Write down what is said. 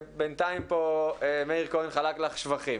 בינתיים פה מאיר כהן חלק לך שבחים